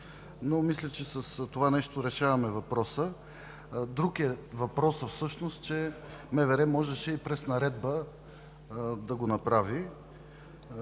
но мисля че с това нещо решаваме въпроса. Друг е въпросът всъщност, че МВР можеше и през наредба да го направи.